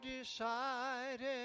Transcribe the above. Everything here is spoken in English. decided